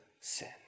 sin